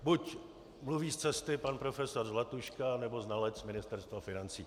Buď mluví z cesty pan profesor Zlatuška, nebo znalec Ministerstva financí.